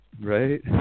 Right